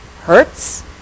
hertz